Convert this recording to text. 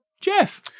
Jeff